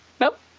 Nope